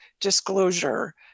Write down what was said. disclosure